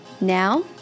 Now